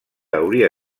hauria